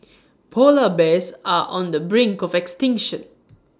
Polar Bears are on the brink of extinction